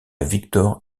victor